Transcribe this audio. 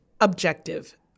objective